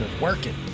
working